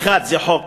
האחד, חוק